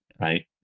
Right